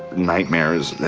nightmares,